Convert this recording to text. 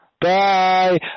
Bye